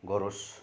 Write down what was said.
गरोस्